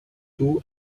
two